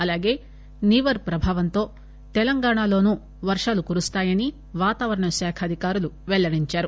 అలాగే నివర్ ప్రభావంతో తెలంగాణలోనూ వర్హలు కురుస్తాయని వాతావరణ శాఖ అధికారులు పెల్లడించారు